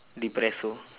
depresso